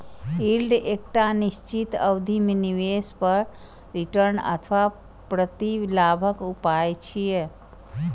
yield एकटा निश्चित अवधि मे निवेश पर रिटर्न अथवा प्रतिलाभक उपाय छियै